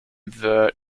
vir